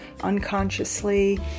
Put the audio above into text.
unconsciously